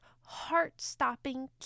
heart-stopping